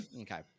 okay